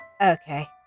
okay